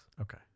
Okay